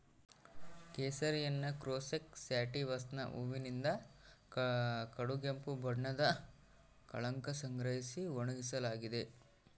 ಕೇಸರಿಯನ್ನುಕ್ರೋಕಸ್ ಸ್ಯಾಟಿವಸ್ನ ಹೂವಿನಿಂದ ಕಡುಗೆಂಪು ಬಣ್ಣದ ಕಳಂಕ ಸಂಗ್ರಹಿಸಿ ಒಣಗಿಸಲಾಗಿದೆ